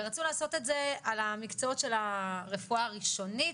ורצו לעשות את זה על המקצועות של הרפואה הראשונית,